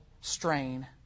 strain